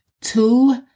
two